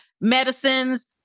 medicines